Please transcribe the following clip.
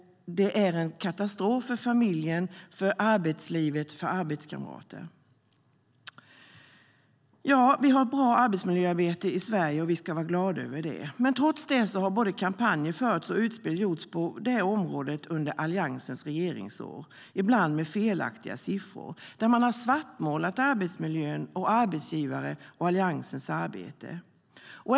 Det är en katastrof för familjen, för arbetslivet och för arbetskamraterna. Vi har ett bra arbetsmiljöarbete i Sverige, och det ska vi vara glada över. Trots detta har kampanjer förts och utspel gjorts på detta område under Alliansens regeringsår, ibland med felaktiga siffror. Man har svartmålat arbetsmiljön, arbetsgivare och Alliansens arbete.